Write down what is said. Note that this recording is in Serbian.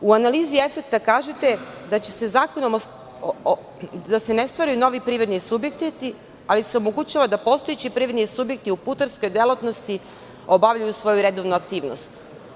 U analizi efekta kažete da se ne stvaraju novi privredni subjekti, ali se omogućava da postojeći privredni subjekti u putarskoj delatnosti obavljaju svoju redovnu aktivnost.